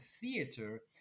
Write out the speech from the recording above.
theater